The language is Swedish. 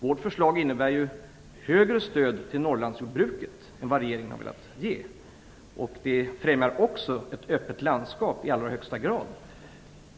Vårt förslag innebär ju ett högre stöd till Norrlandsjordbruket än vad regeringen har velat ge. Det främjar också ett öppet landskap i allra högsta grad.